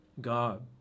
God